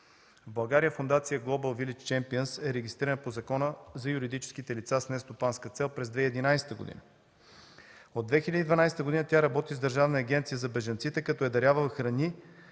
България Фондация „Глобал Вилидж Чемпиънс” е регистрирана по Закона за юридическите лица с нестопанска цел през 2011 г. От 2012 г. тя работи с Държавната агенция за бежанците, като е дарявала храни